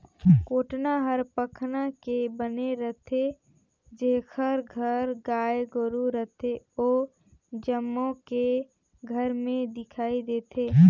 कोटना हर पखना के बने रथे, जेखर घर गाय गोरु रथे ओ जम्मो के घर में दिखइ देथे